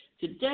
Today